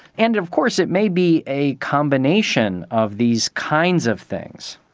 and of course it may be a combination of these kinds of things.